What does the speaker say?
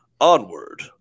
Onward